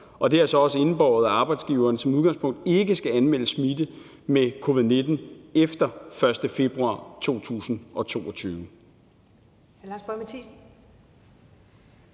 Det har så også indebåret, at arbejdsgiveren som udgangspunkt ikke skal anmelde smitte med covid-19 efter den 1. februar 2022.